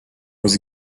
was